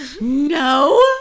No